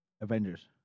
Avengers